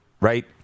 Right